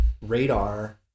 radar